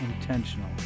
intentional